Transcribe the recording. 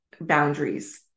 boundaries